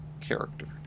character